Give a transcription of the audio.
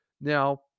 now